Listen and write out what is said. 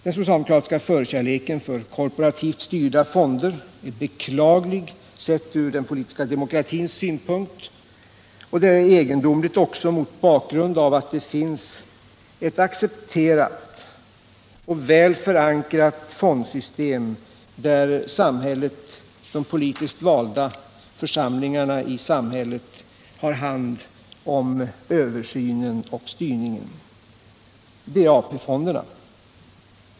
Den socialdemokratiska förkärleken för korporativt styrda fonder är beklaglig från den politiska demokratins synpunkt, och egendomlig också mot bakgrund av att det finns ett accepterat och väl förankrat fondsystem, där de politiskt valda församlingarna i samhället har hand om siyrningen. Det är AP-fonderna.